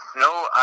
No